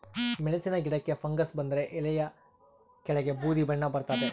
ಮೆಣಸಿನ ಗಿಡಕ್ಕೆ ಫಂಗಸ್ ಬಂದರೆ ಎಲೆಯ ಕೆಳಗೆ ಬೂದಿ ಬಣ್ಣ ಬರ್ತಾದೆ